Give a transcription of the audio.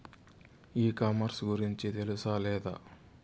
ఈ కామర్స్ గురించి తెలుసా లేదా?